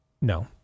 No